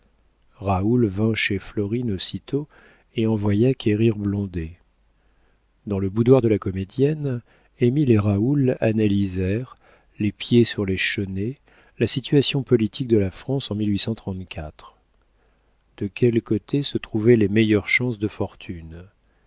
raoul vint chez florine aussitôt et envoya querir blondet dans le boudoir de la comédienne émile et raoul analysèrent les pieds sur les chenets la situation politique de la france en de quel côté se trouvaient les meilleures chances de fortune